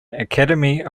academy